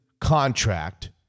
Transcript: contract